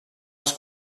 els